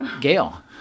Gail